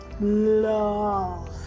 Love